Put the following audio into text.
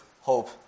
hope